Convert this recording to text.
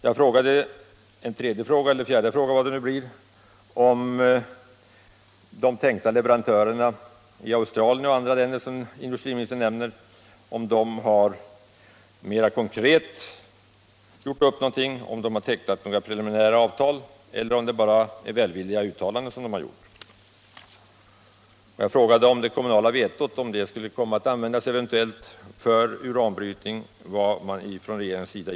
Jag frågade om det finns någonting mera konkret uppgjort med de tänkta leverantörerna i Australien och andra länder som industriministern nämner, om det finns några preliminära avtal eller om det bara är välvilliga uttalanden som dessa länder har gjort. Jag frågade vad regeringen tänker göra om det kommunala vetot används mot uranbrytningen.